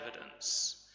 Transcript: evidence